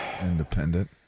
Independent